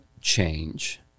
change